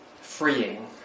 freeing